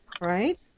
Right